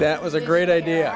that was a great idea